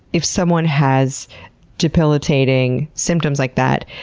if someone has debilitating symptoms like that,